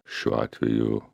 šiuo atveju